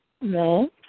no